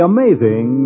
Amazing